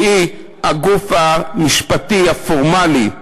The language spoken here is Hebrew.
שהיא הגוף המשפטי הפורמלי,